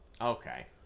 Okay